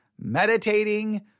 meditating